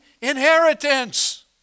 inheritance